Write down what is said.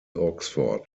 oxford